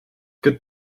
good